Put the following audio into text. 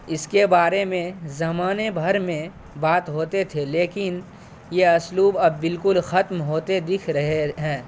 اس کے بارے میں زمانے بھر میں بات ہوتے تھے لیکن یہ اسلوب اب بالکل ختم ہوتے دکھ رہے ہیں